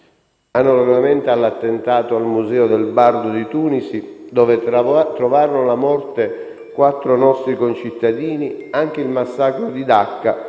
Analogamente all'attentato al Museo del Bardo di Tunisi, dove trovarono la morte quattro nostri concittadini, anche il massacro di Dacca